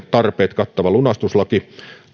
tarpeet kattava lunastuslaki